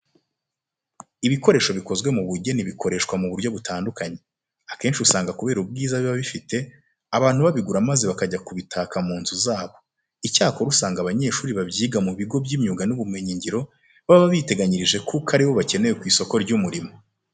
Ibikoresho bikozwe mu bugeni bikoreshwa mu buryo butandukanye. Akenshi usanga kubera ubwiza biba bifite, abantu babigura maze bakajya kubitaka mu nzu zabo. Icyakora usanga abanyeshuri babyiga mu bigo by'imyuga n'ubumenyingiro, baba biteganyirije kuko ari bo bakenewe ku isoko ry'umurimo.